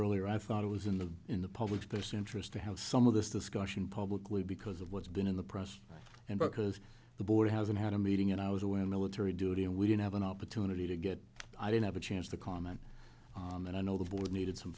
earlier i thought it was in the in the public's best interest to have some of this discussion publicly because of what's been in the press and because the board hasn't had a meeting and i was aware of military duty and we didn't have an opportunity to get i didn't have a chance to comment on that i know the board needed some